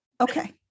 Okay